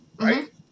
right